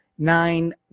nine